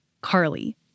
Carly